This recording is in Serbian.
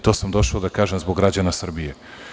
To sam došao da kažem zbog građana Srbije.